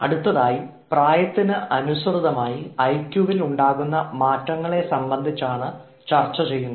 അടുത്തതായി പ്രായത്തിന് അനുസൃതമായി ഐക്യുവിൽ ഉണ്ടാകുന്ന മാറ്റങ്ങളെ സംബന്ധിച്ചാണ് ചർച്ച ചെയ്യുന്നത്